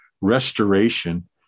restoration